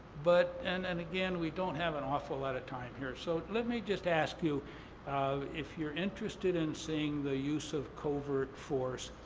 but and and, again, we don't have an awful lot of time here, so let me just ask you if you're interested in seeing the use of covert force,